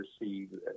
receive